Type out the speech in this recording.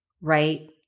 right